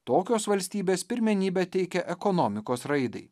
tokios valstybės pirmenybę teikia ekonomikos raidai